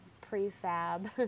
prefab